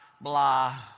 blah